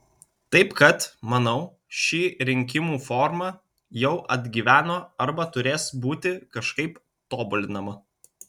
taip kad manau ši rinkimų forma jau atgyveno arba turės būti kažkaip tobulinama